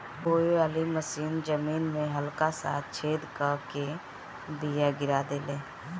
बोवे वाली मशीन जमीन में हल्का सा छेद क के बीज गिरा देले